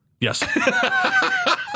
Yes